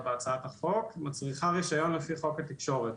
בהצעת החוק מצריכה רישיון לפי חוק התקשורת.